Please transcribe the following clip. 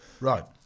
Right